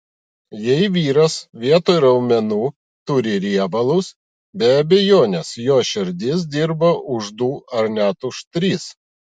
jei vyras vietoj raumenų turi riebalus be abejonės jo širdis dirba už du ar net už tris